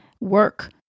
work